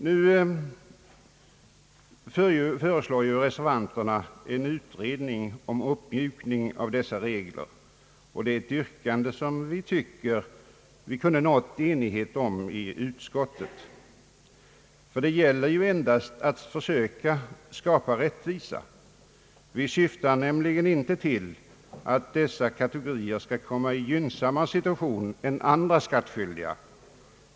Nu föreslår reservanterna en uppmjukning av dessa regler, och det är ett yrkande som vi tycker att vi kunde nått enighet om i utskottet, ty det gäller ju endast att försöka skapa rättvisa. Vi syftar nämligen inte till att dessa kategorier skall komma i en gynnsammare situation än andra skattskyldiga.